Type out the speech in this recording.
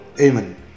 Amen